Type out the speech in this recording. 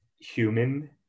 human